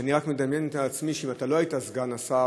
ואני רק מדמיין לעצמי שאם אתה לא היית סגן השר,